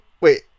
wait